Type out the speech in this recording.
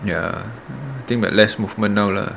ya I think but less movement now lah